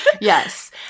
Yes